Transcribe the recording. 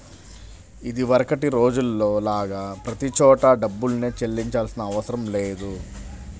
ఇదివరకటి రోజుల్లో లాగా ప్రతి చోటా డబ్బుల్నే చెల్లించాల్సిన అవసరం లేదు